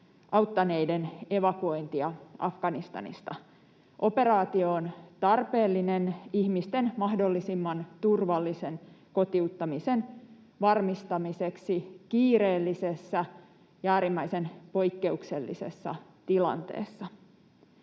auttaneiden evakuointia Afganistanista. Operaatio on tarpeellinen ihmisten mahdollisimman turvallisen kotiuttamisen varmistamiseksi kiireellisessä ja äärimmäisen poikkeuksellisessa tilanteessa.